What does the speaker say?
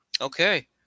Okay